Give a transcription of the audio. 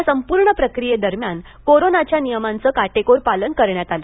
या संपूर्ण प्रक्रियेदरम्यान कोरोनाच्या नियमांचं काटेकोर पालन करण्यात आलं